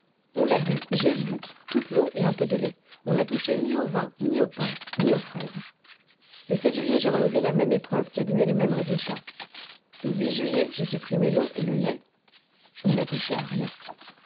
on a bu jai bu toute l'eau et un peu de lait on n'a touché ni au vin ni au pain ni aux fraises le juillet j'ai renouvelé la même épreuve qui a donné le même résultat le juillet j'ai supprimé l'eau et le lait on n'a touché à rien